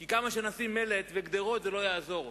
כי כמה שנשים מלט וגדרות זה לא יעזור.